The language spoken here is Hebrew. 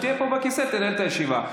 כשתהיה פה בכיסא תנהל את הישיבה.